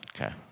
Okay